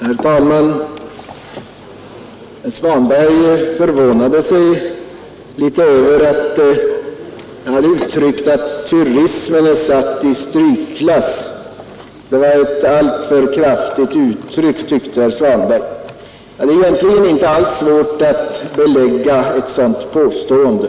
Herr talman! Herr Svanberg var förvånad över att jag hade sagt att turismen är satt i strykklass — det var ett alltför kraftigt uttryck, tyckte han. Jag har inte alls svårt att ge belägg för riktigheten av mitt påstående.